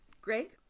Greg